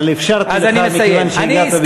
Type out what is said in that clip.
אבל אפשרתי לך מכיוון שהגעת,